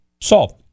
solve